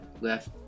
Left